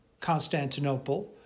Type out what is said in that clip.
Constantinople